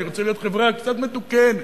אני רוצה להיות חברה קצת מתוקנת.